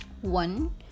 One